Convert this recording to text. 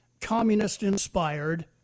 communist-inspired